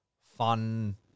fun